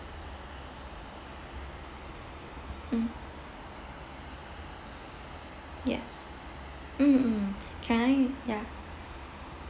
mm yes mm mm can I ya